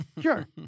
Sure